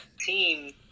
team